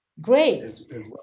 Great